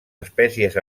espècies